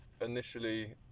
initially